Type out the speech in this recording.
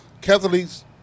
Catholics